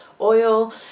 oil